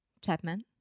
Chapman